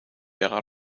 verras